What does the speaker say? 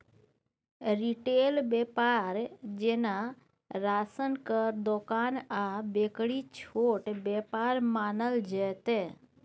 retail बेपार जेना राशनक दोकान आ बेकरी छोट बेपार मानल जेतै